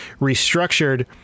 restructured